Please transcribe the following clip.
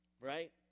right